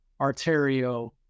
Arterio